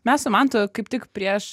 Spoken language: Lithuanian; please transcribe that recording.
me sus mantu kaip tik prieš